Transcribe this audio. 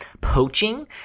poaching